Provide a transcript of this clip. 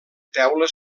teula